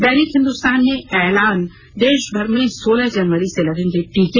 दैनिक हिन्दुस्तान ने ऐलान देश भर में सोलह जनवरी से लगेंगे टीके